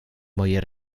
moje